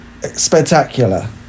spectacular